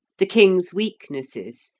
the king's weaknesses,